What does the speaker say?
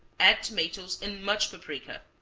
add tomatoes and much paprika.